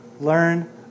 learn